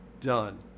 done